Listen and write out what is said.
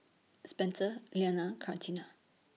Spencer Leanna Catrina